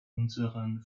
unseren